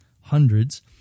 hundreds